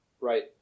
Right